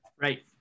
Right